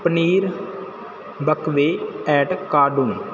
paneer buckwheat cardoon